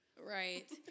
Right